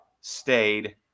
stayed